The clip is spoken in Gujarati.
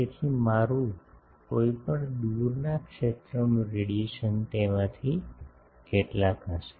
તેથી મારું કોઈપણ દૂરના ક્ષેત્રનું રેડિયેશન તેમાંથી કેટલાક હશે